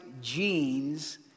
genes